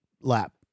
lap